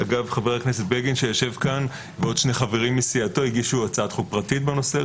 חבר הכנסת בגין ועוד שני חברים מסיעתו הגישו הצעת חוק פרטית בנושא.